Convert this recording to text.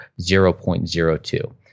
0.02